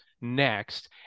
next